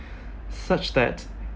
such that